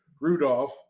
Rudolph